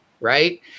right